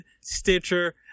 Stitcher